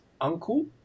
uncle